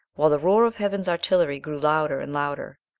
while the roar of heaven's artillery grew louder and louder.